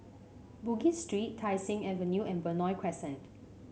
Bugis Street Tai Seng Avenue and Benoi Crescent